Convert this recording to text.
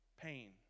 pain